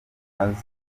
nazo